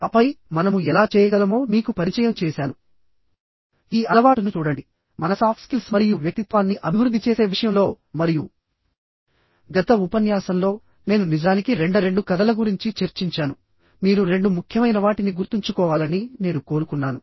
ఆపై మనము ఎలా చేయగలమో మీకు పరిచయం చేసాను ఈ అలవాటును చూడండిమన సాఫ్ట్ స్కిల్స్ మరియు వ్యక్తిత్వాన్ని అభివృద్ధి చేసే విషయంలోమరియు గత ఉపన్యాసంలో నేను నిజానికి రెండ రెండు కథల గురించి చర్చించాను మీరు రెండు ముఖ్యమైన వాటిని గుర్తుంచుకోవాలని నేను కోరుకున్నాను